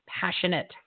passionate